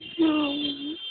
হুম